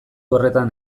horretan